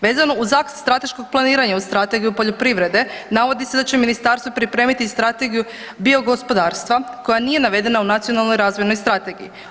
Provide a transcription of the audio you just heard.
Vezano uz akt strateškog planiranja u Strategiju poljoprivrede navodi se da će ministarstvo pripremiti strategiju biogospodarstva koja nije navedena u Nacionalnoj razvojnoj strategiji.